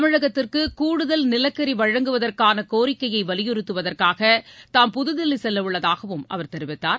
தமிழகத்திற்குகூடுதல் நிலக்கரிவழங்குவதற்கானகோரிக்கையைவலியுறுத்துவதற்காகதாம் புதுதில்லிசெல்லஉள்ளதாகவும் அவர் தெரிவித்தார்